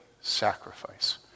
sacrifice